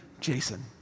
Jason